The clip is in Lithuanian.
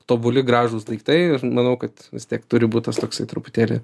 tobuli gražūs daiktai ir manau kad vis tiek turi būt tas toksai truputėlį